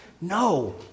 No